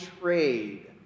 trade